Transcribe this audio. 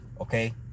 Okay